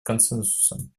консенсусом